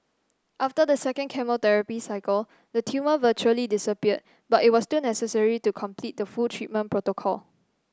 after the second chemotherapy cycle the tumour virtually disappeared but it was still necessary to complete the full treatment protocol